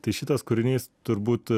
tai šitas kūrinys turbūt